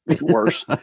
worse